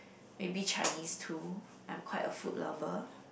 maybe Chinese too I'm quite a food lover